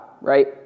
right